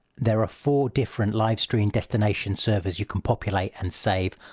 there are four different live stream destination servers you can populate and save.